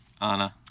Anna